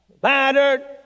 battered